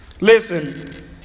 Listen